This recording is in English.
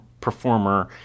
performer